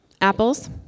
Apples